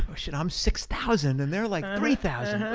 oh shit, i'm six thousand, and they're like three thousand.